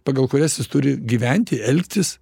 pagal kurias jis turi gyventi elgtis